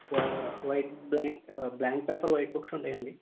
why white blank blank paper white books ఉంటాయండి